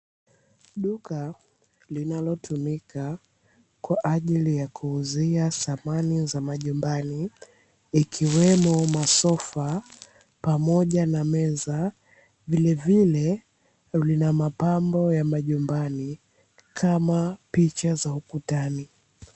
Duka linalotumika kwa ajili ya kuuzia samani za majumbani ikiwemo masofa pamoja na meza, vilevile lina mapambo ya majumbani kama picha za ukutani.